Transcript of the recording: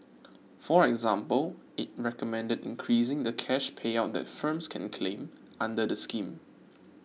for example it recommended increasing the cash payout that firms can claim under the scheme